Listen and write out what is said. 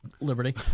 Liberty